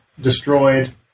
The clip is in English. destroyed